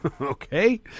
Okay